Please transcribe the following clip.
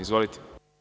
Izvolite.